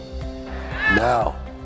Now